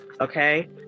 okay